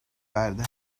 verdi